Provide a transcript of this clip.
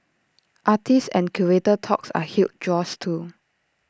artist and curator talks are huge draws too